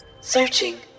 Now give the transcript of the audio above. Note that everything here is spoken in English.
searching